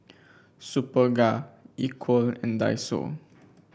Superga Equal and Daiso